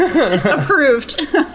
Approved